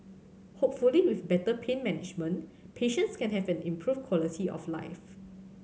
hopefully with better pain management patients can have an improved quality of life